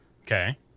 Okay